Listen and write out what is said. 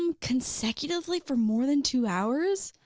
um consecutively for more than two hours.